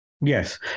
yes